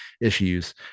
issues